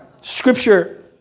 Scripture